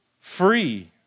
free